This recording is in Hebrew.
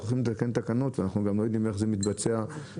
אנחנו הולכים לתקן תקנות ואנחנו גם לא יודעים איך זה מתבצע בשטח.